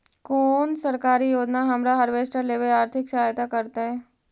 कोन सरकारी योजना हमरा हार्वेस्टर लेवे आर्थिक सहायता करतै?